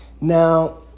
Now